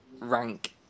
rank